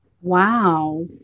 Wow